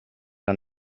han